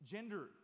Gender